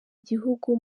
igihugu